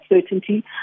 certainty